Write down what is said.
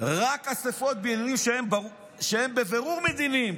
"רק אספות בעניינים שהם בבירור מדיניים,